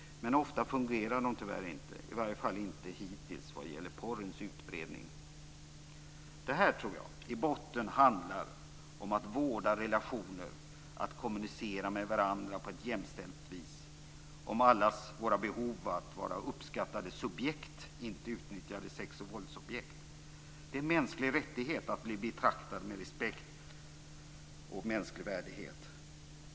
Men ofta fungerar de tyvärr inte, i varje fall inte hittills vad gäller pornografins utbredning. Jag tror att det i botten handlar om att vårda relationer, att kommunicera med varandra på ett jämställt vis, om allas våra behov av att vara uppskattade subjekt, inte utnyttjade sex och våldsobjekt. Det är en mänsklig rättighet att bli betraktad med respekt och mänsklig värdighet.